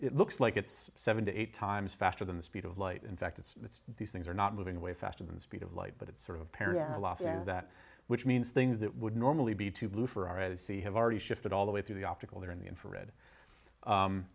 it looks like it's seventy eight times faster than the speed of light in fact it's these things are not moving away faster than the speed of light but it's sort of parallel that which means things that would normally be too blue for our head see have already shifted all the way through the optical there in the infrared